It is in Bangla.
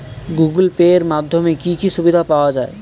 গুগোল পে এর মাধ্যমে কি কি সুবিধা পাওয়া যায়?